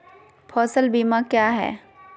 फ़सल बीमा क्या है?